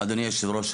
אדוני היושב-ראש,